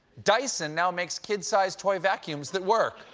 dyson now makes kid-sized toy vacuums that work.